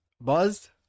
Buzz